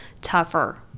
tougher